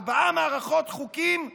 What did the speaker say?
ארבע מערכות חוקים שונות.